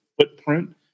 footprint